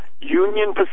Union